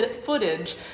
footage